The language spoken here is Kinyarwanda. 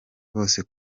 bose